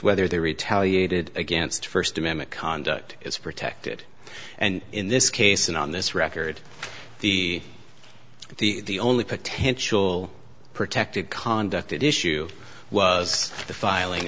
whether they retaliated against first amendment conduct is protected and in this case and on this record the the only potential protected conduct issue was the filing